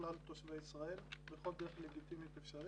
לכלל תושבי ישראל, בכל דרך לגיטימית אפשרית.